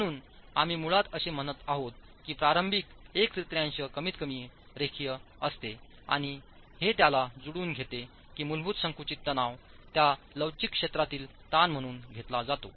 म्हणून आम्ही मुळात असे म्हणत आहोत की प्रारंभिक एक तृतीयांश कमीतकमी रेखीय असते आणि हे त्याला जुळवून घेते की मूलभूत संकुचित तणाव त्या लवचिक क्षेत्रातील ताण म्हणून घेतला जातो